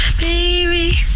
Baby